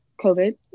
COVID